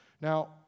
Now